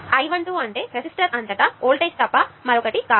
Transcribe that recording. I12 అంటే resistor అంతటా voltage తప్ప మరొకటి కాదు